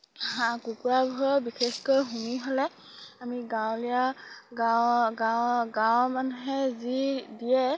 হাঁহ কুকুৰাবোৰৰ বিশেষকৈ হুমি হ'লে আমি গাঁৱলীয়া গাঁৱৰ মানুহে যি দিয়ে